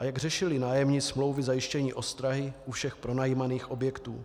Jak řešily nájemní smlouvy zajištění ostrahy u všech pronajímaných objektů?